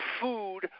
Food